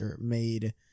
made